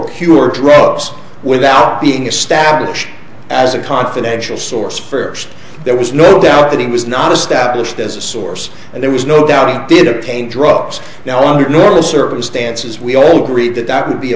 procure drugs without being established as a confidential source first there was no doubt that it was not established as a source and there was no doubt it did take drugs now under normal circumstances we all agreed that that would be a